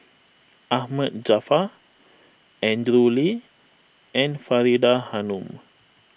Ahmad Jaafar Andrew Lee and Faridah Hanum